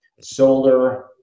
solar